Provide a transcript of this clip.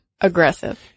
aggressive